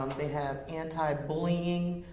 they have anti-bullying,